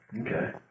Okay